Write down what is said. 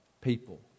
people